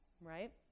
right